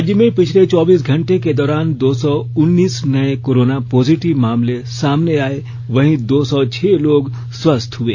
राज्य में पिछले चौबीस घंटे के दौरान दो सौ उन्नीस नए कोरोना पॉजिटिव मामले सामने आए वहीं दो सौ छह लोग स्वस्थ हुए